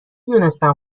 دونستم